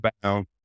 bound